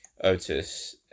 Otis